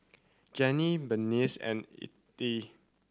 Ginny Berenice and Ethyl